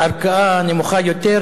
בערכאה נמוכה יותר,